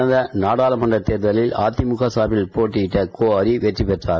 கடந்த நாடாளுமன்றத் தேர்தலில் அதிமுக சார்பில் போட்டியிட்ட கோ ஹரி வெற்றி பெற்றார்